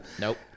Nope